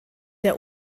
der